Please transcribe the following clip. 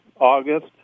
August